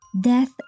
death